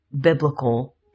biblical